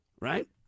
right